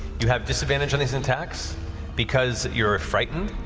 you have disadvantage on these attacks because you are frightened,